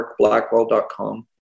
markblackwell.com